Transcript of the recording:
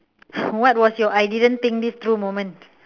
what was your I didn't think this through moment